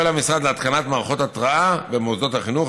פועל המשרד להתקנת מערכות התרעה במוסדות החינוך.